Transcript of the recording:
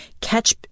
Catch